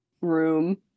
room